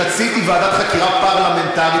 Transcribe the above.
רצינו ועדת חקירה פרלמנטרית,